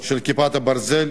של "כיפת ברזל",